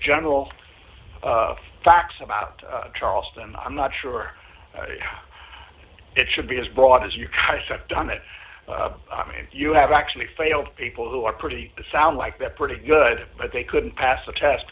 general facts about charleston i'm not sure it should be as broad as your car so i've done it i mean you have actually failed people who are pretty sound like they're pretty good but they couldn't pass the test